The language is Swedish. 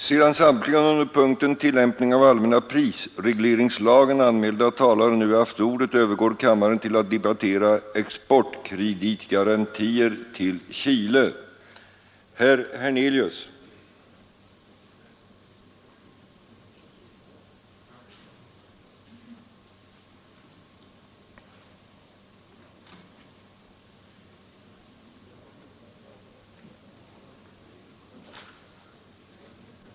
Sedan samtliga under det allmänna avsnittet i detta betänkande anmälda talare nu haft ordet, övergår kammaren till att debattera ”Diarieföring av vissa skatteärenden” och ”Befrielse från aktievinstbeskattning”.